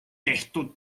tehtud